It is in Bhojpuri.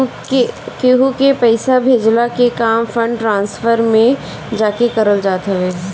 केहू के पईसा भेजला के काम फंड ट्रांसफर में जाके करल जात हवे